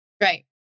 right